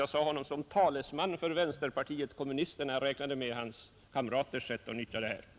Jag tog honom som talesman för kommunisterna, och jag räknade med hans partikamraters sätt att utnyttja en sådan här sak.